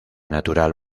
natural